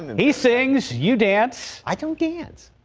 nice things you dance. i think cans.